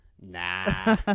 nah